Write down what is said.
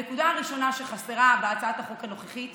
הנקודה הראשונה שחסרה בהצעת החוק הנוכחית